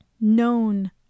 known